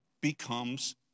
becomes